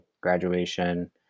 graduation